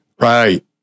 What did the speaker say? Right